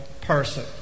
person